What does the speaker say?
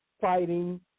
fighting